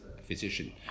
physician